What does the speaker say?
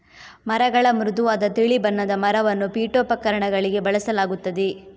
ಮರಗಳ ಮೃದುವಾದ ತಿಳಿ ಬಣ್ಣದ ಮರವನ್ನು ಪೀಠೋಪಕರಣಗಳಿಗೆ ಬಳಸಲಾಗುತ್ತದೆ